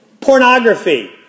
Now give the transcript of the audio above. Pornography